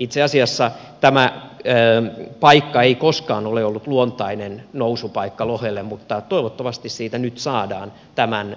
itse asiassa tämä paikka ei koskaan ole ollut luontainen nousupaikka lohelle mutta toivottavasti siitä nyt saadaan tämän